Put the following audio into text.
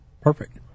Perfect